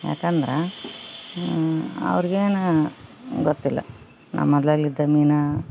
ಯಾಕಂದ್ರೆ ಅವ್ರ್ಗೇನಾ ಗೊತ್ತಿಲ್ಲ ನಮ್ಮ ಇದ್ದ ಮೀನು